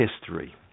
history